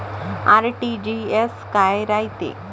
RTGS काय रायते?